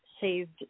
saved